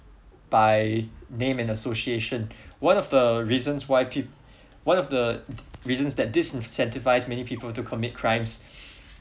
by name and association one of the reasons why pe~ one of the reasons that this incentivize many people to commits crime